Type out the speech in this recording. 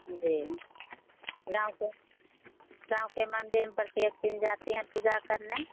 जी गाँव के गाँव के मंदिर में प्रत्येक दिन जाती है पूजा करने